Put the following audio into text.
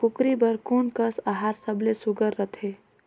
कूकरी बर कोन कस आहार सबले सुघ्घर रथे?